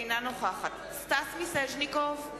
אינה נוכחת סטס מיסז'ניקוב,